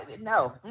no